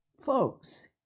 folks